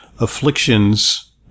afflictions